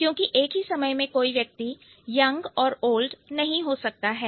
क्योंकि एक ही समय में कोई व्यक्ति यंग और ओल्ड नहीं हो सकता है